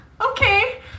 okay